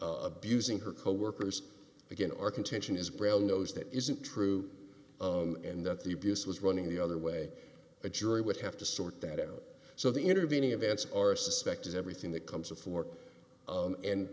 abusing her coworkers again our contention is brown knows that isn't true and that the abuse was running the other way a jury would have to sort that out so the intervening events are suspect is everything that comes before and